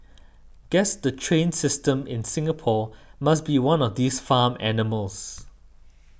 guess the train system in Singapore must be one of these farm animals